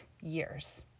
years